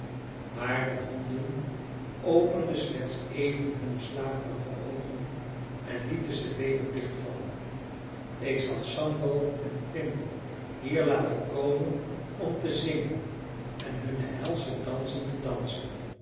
maar de honden openden slechts even hunne slaperige oogen en lieten ze weder dichtvallen ik zal sambo en quimbo hier laten komen om te zingen en hunne helsche dansen te dansen